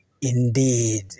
indeed